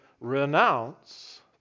renounce